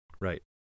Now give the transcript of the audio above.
right